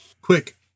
Quick